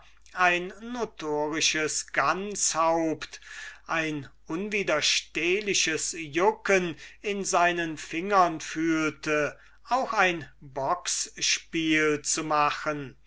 ein notorisches ganshaupt ein unwiderstehliches jucken in seinen fingern fühlte auch ein bocksspiel zu machen